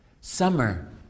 summer